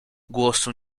głosu